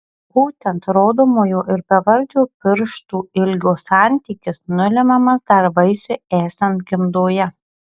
būtent rodomojo ir bevardžio pirštų ilgio santykis nulemiamas dar vaisiui esant gimdoje